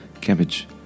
cabbage